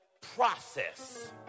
process